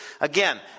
Again